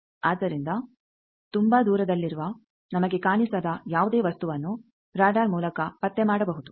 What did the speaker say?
ಆದ್ದರಿಂದ ತುಂಬಾ ದೂರದಲ್ಲಿರುವ ನಮಗೆ ಕಾಣಿಸದ ಯಾವುದೇ ವಸ್ತುವನ್ನು ರಾಡರ್ ಮೂಲಕ ಪತ್ತೆ ಮಾಡಬಹುದು